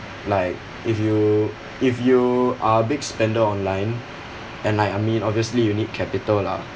like if you if you are a big spender online and like I mean obviously you need capital lah